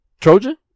Trojan